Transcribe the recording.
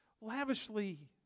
lavishly